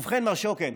ובכן, מר שוקן,